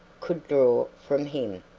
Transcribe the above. could draw from him.